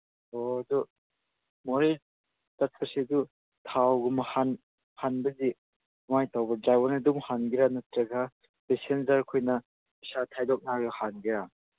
ꯑꯣ ꯑꯗꯨ ꯃꯣꯏ ꯆꯠꯄꯁꯤꯗꯨ ꯊꯥꯎꯒꯨꯝꯕ ꯍꯥꯟꯕꯗꯤ ꯀꯃꯥꯏꯅ ꯇꯧꯕ ꯗ꯭ꯔꯥꯏꯚꯔꯅ ꯑꯗꯨꯝ ꯍꯥꯟꯒꯦꯔꯥ ꯅꯠꯇ꯭ꯔꯒ ꯄꯦꯁꯦꯟꯖꯔ ꯈꯣꯏꯅ ꯄꯩꯁꯥ ꯈꯥꯏꯗꯣꯛꯅꯔꯒ ꯍꯥꯟꯒꯦꯔꯥ